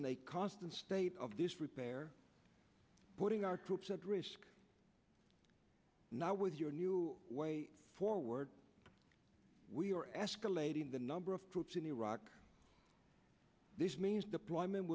in a constant state of disrepair putting our troops at risk not with your new way forward we are ask a lady in the number of troops in iraq this means deployment